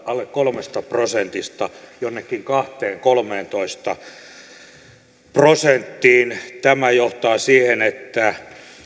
alle kolmesta prosentista jonnekin kahteentoista viiva kolmeentoista prosenttiin tämä johtaa siihen että